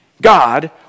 God